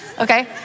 Okay